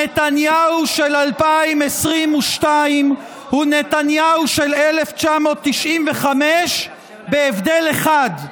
נתניהו של 2022 הוא נתניהו של 1995, בהבדל אחד: